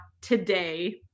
today